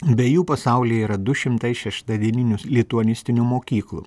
be jų pasaulyje yra du šimtai šeštadieninių lituanistinių mokyklų